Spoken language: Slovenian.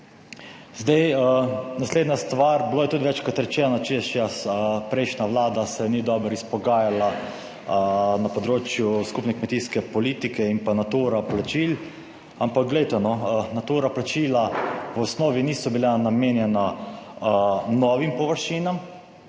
Zdaj, naslednja stvar, bilo je tudi večkrat rečeno, češ prejšnja Vlada se ni dobro izpogajala na področju skupne kmetijske politike in pa Natura plačil. Ampak glejte, no, Natura plačila v osnovi niso bila namenjena novim površinam,